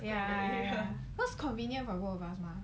ya cause convenient for both of us mah